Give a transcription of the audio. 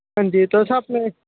हां जी तुस अपनें